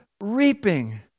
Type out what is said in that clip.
reaping